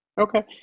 Okay